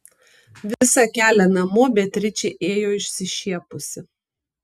visą kelią namo beatričė ėjo išsišiepusi